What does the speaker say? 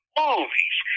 movies